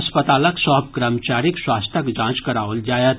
अस्पतालक सभ कर्मचारीक स्वास्थ्यक जांच कराओल जायत